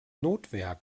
notwehr